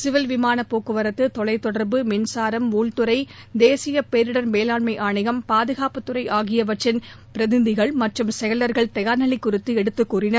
civil விமானப் போக்குவரத்து தொலைத்தொடர்பு மின்சரம் உள்துறை தேசிய பேரிடர் மேலாண்மை ஆணையம் பாதுனப்புத்துறை ஆகியவற்றின் பிரதிநிதிகள் மற்றும் செயல்கள் தயார்நிலை குழித்து எடுத்து கூறின்